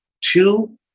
two